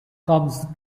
comes